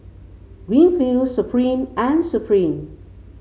Greenfields Supreme and Supreme